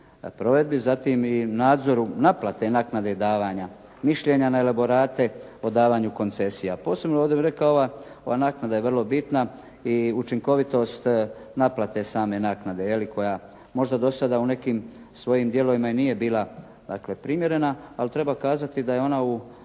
provedbi, zatim i nadzoru naplate naknade davanja mišljenja na elaborate, o davanju koncesija. Posebno je ovdje bih rekao ova naknada je vrlo bitna i učinkovitost naplate same naknade je li koja možda do sada u nekim svojim dijelovima i nije bila dakle primjerena, ali treba kazati da je ona u